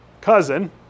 cousin